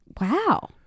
Wow